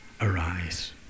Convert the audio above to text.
arise